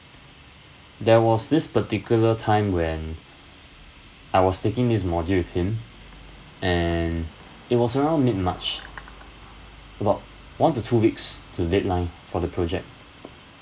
there was this particular time when I was taking this module with him and it was around mid march about one to two weeks to deadline for the project